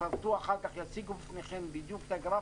יפרטו אחר כך ויציגו בפניכם בדיוק את הגרפים.